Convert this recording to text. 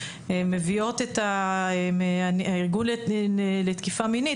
הארגון לתקיפה מינית,